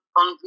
on